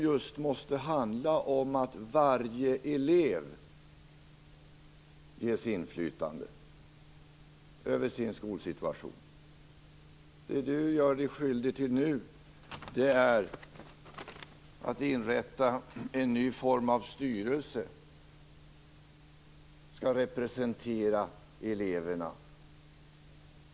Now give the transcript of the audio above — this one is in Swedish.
Det måste handla om att varje elev ges inflytande över sin skolsituation. Det Britt-Marie Danestig-Olofsson gör sig skyldig till nu är att inrätta en ny form av styrelse som skall representera eleverna.